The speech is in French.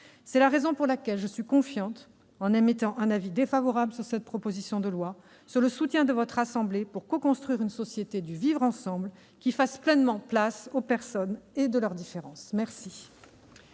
C'est la raison pour laquelle, tout en émettant un avis défavorable sur cette proposition de loi, je suis confiante dans le soutien de votre assemblée pour coconstruire une société du vivre ensemble qui fasse pleinement place aux personnes et à leurs différences. La